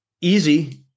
easy